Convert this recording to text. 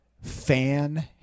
Fan